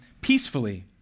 peacefully